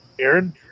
Aaron